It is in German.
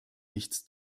nichts